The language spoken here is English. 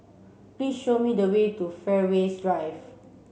please show me the way to Fairways Drive